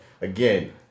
again